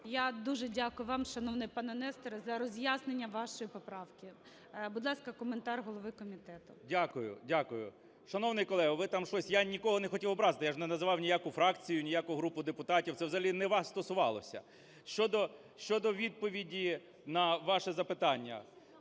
Я дуже дякую вам, шановний пане Нестор, за роз'яснення вашої поправки. Будь ласка, коментар голови комітету. 16:30:02 КНЯЖИЦЬКИЙ М.Л. Дякую. Дякую. Шановний колега, ви там щось… Я нікого не хотів образити. Я ж не називав ніяку фракцію, ні яку групу депутатів. Це взагалі не вас стосувалося. Щодо відповіді на ваше запитання,